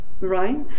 right